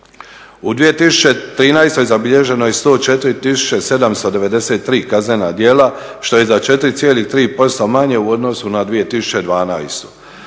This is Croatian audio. U 2013. zabilježeno je 104 793 kaznena djela, što je za 4,3% manje u odnosu na 2012.